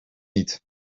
niet